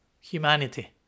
humanity